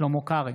שלמה קרעי,